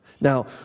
Now